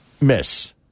miss